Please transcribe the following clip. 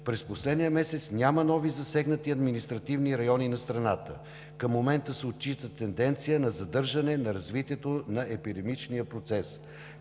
През последния месец няма нови засегнати административни райони на страната. Към момента се отчита тенденция на задържане на развитието на епидемичния процес.